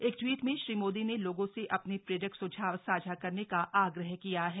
एक ट्वीट में श्री मोदी ने लोगों से अपने प्रेरक सुझाव साझा करने का आग्रह किया है